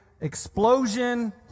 explosion